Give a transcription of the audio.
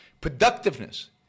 Productiveness